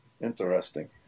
interesting